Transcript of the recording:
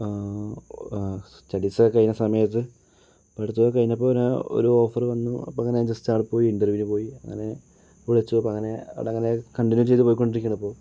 സ്റ്റഡീസൊക്കെ കഴിഞ്ഞ സമയത്ത് പഠിത്തമൊക്കെ കഴിഞ്ഞപ്പം പിന്നേ ഒരു ഓഫറ് വന്നു അപ്പോൾ അങ്ങനെ ഞാൻ ജസ്റ്റ് അവിടെ പോയി ഇൻറ്റർവ്യൂന് പോയി അങ്ങനെ വിളിച്ചു അപ്പോൾ അങ്ങനെ അവടങ്ങനെ കണ്ടിന്യൂ ചെയ്ത് പോയ്ക്കൊണ്ടിരിക്കയാണ് ഇപ്പോൾ